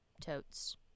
Totes